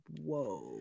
whoa